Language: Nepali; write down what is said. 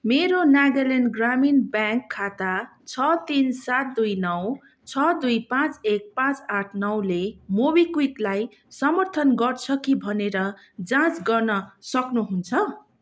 मेरो नागाल्यान्ड ग्रामीण ब्याङ्क खाता छ तिन सात दुई नौ छ दुई पाँच एक पाँच आठ नौ ले मोबिक्विकलाई समर्थन गर्छ कि भनेर जाँच गर्न सक्नुहुन्छ